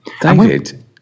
David